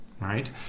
right